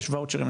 יש ואוצ'רים,